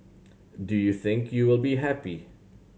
do you think you will be happy